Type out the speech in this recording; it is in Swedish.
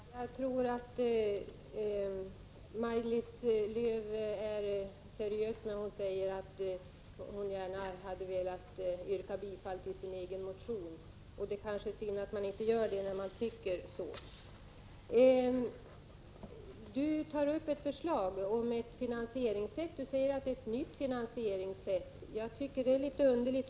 Herr talman! Jag tror att Maj-Lis Lööw var seriös när hon sade att hon gärna hade velat yrka bifall till sin egen motion. Det är kanske synd att inte göra det när man tycker att det som står i motionen är riktigt. Maj-Lis Lööw säger att det är fråga om ett nytt finansieringssätt, vilket jag tycker är litet underligt.